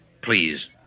Please